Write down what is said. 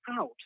out